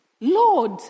Lord